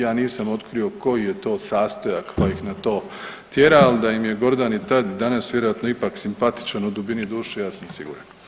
Ja nisam otkrio koji je to sastojak koji ih na to tjera, ali da im je Gordan i tad, danas vjerojatno ipak simpatičan u dubini duše ja sam siguran.